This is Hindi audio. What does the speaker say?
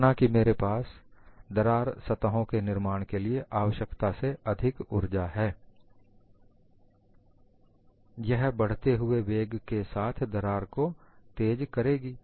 माना कि मेरे पास दरार सतहों के निर्माण के लिए आवश्यकता से अधिक ऊर्जा है यह बढ़ते हुए वेग के साथ दरार को तेज करेगी